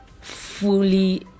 fully